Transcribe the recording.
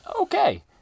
okay